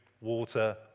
water